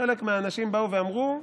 חלק מהאנשים באו ואמרו: